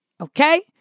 okay